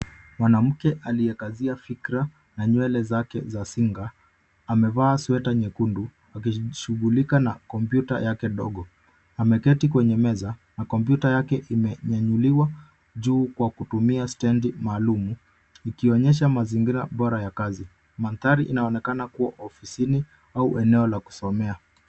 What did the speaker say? Mwanamke aliyekazia fikra na nywele zake za singa amevaa sweta nyekundu akishughulika na kompyuta yake ndogo. Ameketi kwenye meza na kompyuta yake imenyanyuliwa juu kwa kutumia stendi maalum ikionyesha mazingira bora ya kazi. Mandhari inaonekana kuwa ofisini au eneo la kusomea.